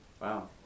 Wow